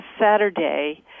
Saturday